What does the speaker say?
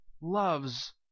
loves